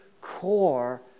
core